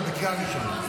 אתה בקריאה ראשונה.